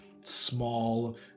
small